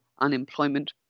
unemployment